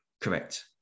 correct